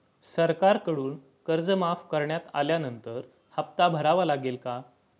सरकारकडून कर्ज माफ करण्यात आल्यानंतर हप्ता भरावा लागेल का?